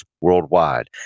worldwide